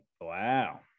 Wow